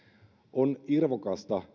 on irvokasta